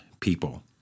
people